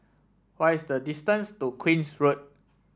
what is the distance to Queen's Road